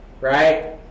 right